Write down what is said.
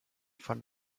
von